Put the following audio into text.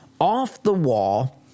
off-the-wall